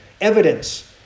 evidence